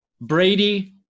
Brady